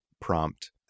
prompt